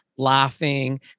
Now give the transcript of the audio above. laughing